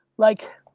like